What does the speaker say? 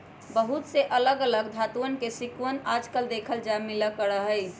बहुत से अलग अलग धातुंअन के सिक्कवन आजकल देखे ला मिला करा हई